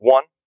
One